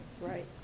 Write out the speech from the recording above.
Right